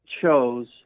chose